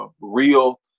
real